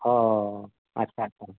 ᱚᱻ ᱟᱪᱪᱷᱟ ᱟᱪᱪᱷᱟ